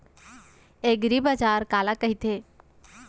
एगरीबाजार काला कहिथे?